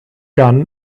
gun